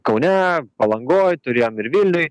kaune palangoj turėjom ir vilniuj